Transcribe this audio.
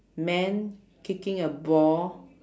man kicking a ball